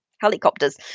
helicopters